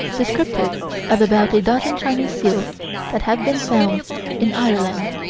descriptive of about a dozen chinese seals that had been found in ireland.